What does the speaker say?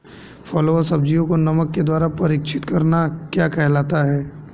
फलों व सब्जियों को नमक के द्वारा परीक्षित करना क्या कहलाता है?